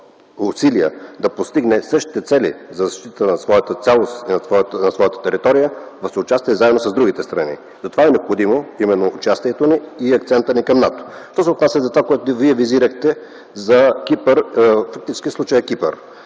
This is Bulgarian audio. усилия да постигне същите цели за защита на своята цялост и на своята територия заедно, в съучастие с другите страни. Затова е необходимо именно участието ни и акцентът ни към НАТО. Що се отнася до това, което Вие визирахте за Кипър, той е малко